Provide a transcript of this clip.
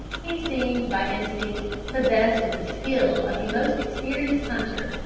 he seemed, by instinct, possessed of the skill of the most experienced hunter,